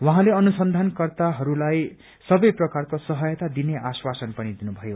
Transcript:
उहाँले अनुसन्धान कर्ताहरूलाई सबै प्रकारको सहायता दिने आश्वासन पनि दिनुभयो